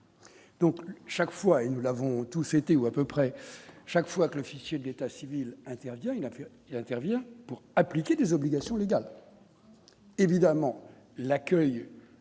Donc, chaque fois, il nous l'avons tous souhaité ou à peu près chaque fois que l'officier de l'état civil, intervient, il a pu, il intervient pour appliquer des obligations légales évidemment l'accueil